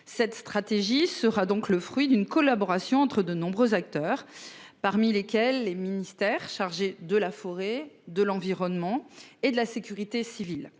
Cette stratégie sera le fruit d'une collaboration entre de nombreux acteurs, parmi lesquels les ministères chargés de la forêt, de l'environnement et de la sécurité civile